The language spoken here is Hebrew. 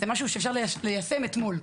זה משהו שאפשר ליישם אתמול.